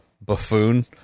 buffoon